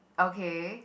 okay